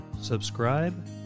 Subscribe